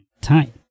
time